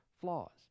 flaws